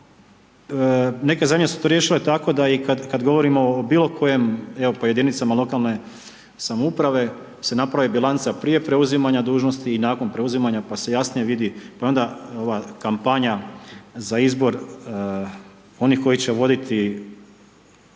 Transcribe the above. neke zemlje su to riješile tako da i kad govorimo o bilokojem evo po jedinicama lokalne samouprave da se napravi bilanca prije preuzimanja dužnosti i nakon preuzimanja pa se jasnije vidi, pa je onda ova kampanja za izbor onih koji će voditi